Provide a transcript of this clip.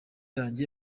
yanjye